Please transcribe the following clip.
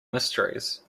mysteries